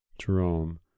Jerome